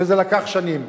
וזה לקח שנים.